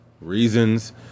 reasons